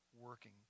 working